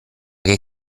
che